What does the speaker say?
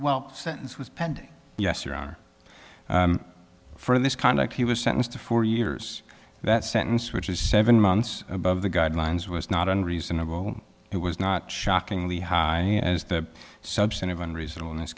e sentence was pending yes your honor for this conduct he was sentenced to four years that sentence which is seven months above the guidelines was not unreasonable it was not shockingly high as the substantive and reasonable in this